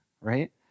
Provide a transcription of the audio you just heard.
right